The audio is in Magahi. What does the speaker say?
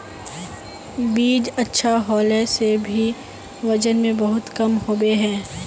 बीज अच्छा होला से भी वजन में बहुत कम होबे है?